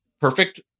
perfect